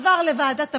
עבר לוועדת הפנים,